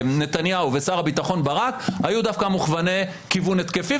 נתניהו ושר הביטחון ברק היו דווקא מוכווני כיוון התקפי,